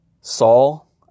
Saul